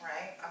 Right